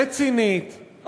רצינית,